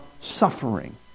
suffering